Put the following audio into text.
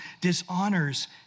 dishonors